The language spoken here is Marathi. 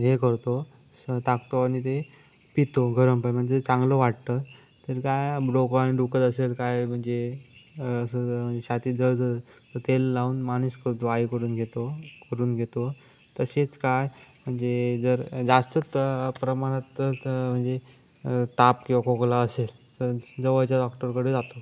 हे करतो टाकतो आणि ते पितो गरम करून म्हणजे चांगलं वाटतं तर काय दुखत असेल काय म्हणजे असं छातीत जळजळ तेल लावून मालिश करतो आईकडून घेतो करून घेतो तसेच काय म्हणजे जर जास्त त प्रमाणात तर त म्हणजे ताप किवा खोकला असेल तर जवळच्या डॉक्टरकडे जातो